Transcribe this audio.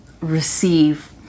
receive